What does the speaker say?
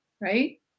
right